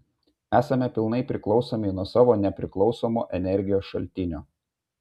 esame pilnai priklausomi nuo savo nepriklausomo energijos šaltinio